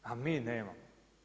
A mi nemamo.